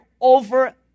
over